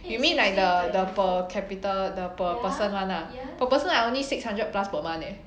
you mean like the the per capital the per person one lah per person I only six hundred plus per month eh